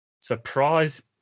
Surprise